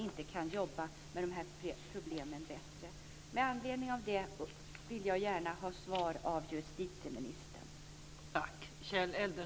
Då borde man kunna jobba bättre med dem.